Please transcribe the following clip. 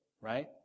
right